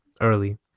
early